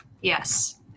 Yes